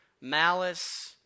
malice